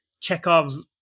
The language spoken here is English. Chekhov's